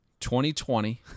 2020